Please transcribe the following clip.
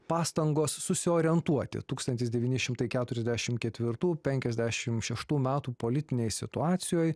pastangos susiorientuoti tūkstantis devyni šimtai keturiasdešimt ketvirtų penkiasdešimt šeštų metų politinėj situacijoj